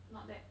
not that